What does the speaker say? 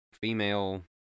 female